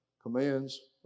Commands